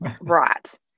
right